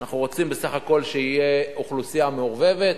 אנחנו רוצים בסך הכול שתהיה אוכלוסייה מעורבת.